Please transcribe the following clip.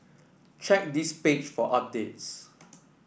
check this page for updates